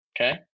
Okay